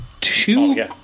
two